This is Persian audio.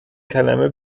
کلمه